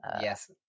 Yes